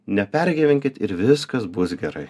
nepergyvenkit ir viskas bus gerai